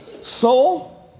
Soul